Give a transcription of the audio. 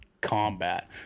combat